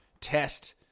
test